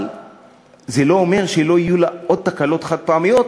אבל זה לא אומר שלא יהיו לה עוד תקלות חד-פעמיות,